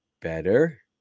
better